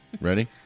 Ready